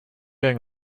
going